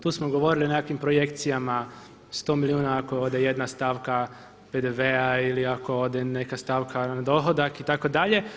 Tu smo govorili o nekakvim projekcijama 100 milijuna ako ode jedna stavka PDV-a ili ako ode neka stavka na dohodak itd.